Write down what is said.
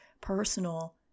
personal